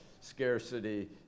scarcity